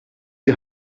die